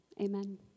Amen